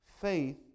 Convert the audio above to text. Faith